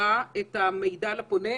אותה לקו שני.